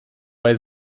bei